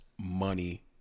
money